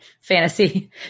fantasy